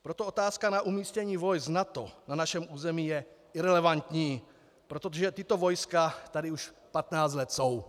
Proto otázka na umístění vojsk NATO na našem území je irelevantní, protože tato vojska tady už 15 let jsou.